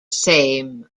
same